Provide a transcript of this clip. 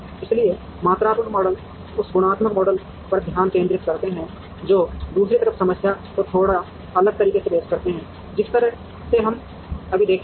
इसलिए मात्रात्मक मॉडल उस गुणात्मक मॉडल पर ध्यान केंद्रित करते हैं जो दूसरी तरफ समस्या को थोड़ा अलग तरीके से पेश करते हैं जिस तरह से हम अभी देखेंगे